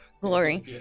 glory